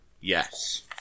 Yes